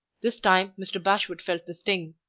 this time, mr. bashwood felt the sting.